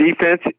defense